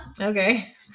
okay